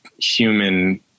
human